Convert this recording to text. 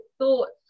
thoughts